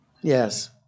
Yes